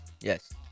Yes